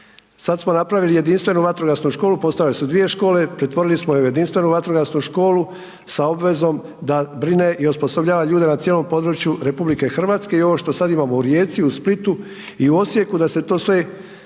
sada smo napravili jedinstvenu vatrogasnu školu. Postojale su dvije škole, pretvorili smo je u jedinstvenu vatrogasnu školu sa obvezom da brine i osposobljava ljude na cijelom području RH i ovo što sada imamo u Rijeci i u Splitu i u Osijeku da se to sve